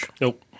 Nope